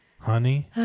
Honey